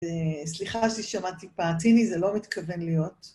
סליחה ששמעתי פרציני, זה לא מתכוון להיות.